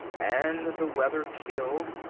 and the weather killed,